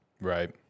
Right